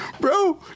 Bro